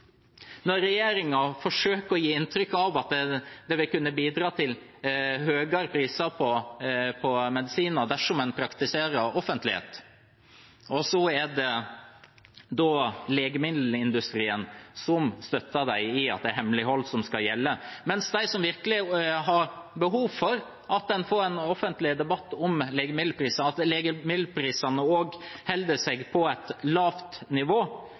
Når regjeringen forsøker å gi inntrykk av at det vil kunne bidra til høyere priser på medisiner dersom en praktiserer offentlighet, så er det legemiddelindustrien som støtter dem i at det er hemmelighold som skal gjelde. Men de som virkelig har behov for at en får en offentlig debatt om legemiddelpriser, at legemiddelprisene holder seg på et lavt nivå,